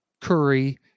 Curry